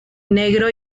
negro